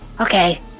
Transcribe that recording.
Okay